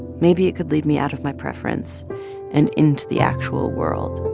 maybe it could lead me out of my preference and into the actual world